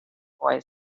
boy